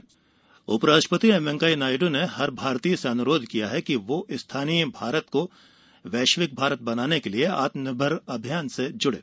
उपराष्ट्रपति उपराष्ट्रपति एम वेंकैया नायडू ने हर भारतीय से अनुरोध किया है कि वह स्थानीय भारत को वैश्विक भारत बनाने के लिए आत्म निर्भर भारत अभियान से जुड़े